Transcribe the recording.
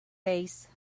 face